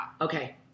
Okay